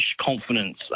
confidence